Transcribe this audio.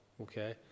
Okay